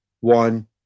one